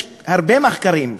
יש הרבה מחקרים,